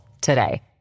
today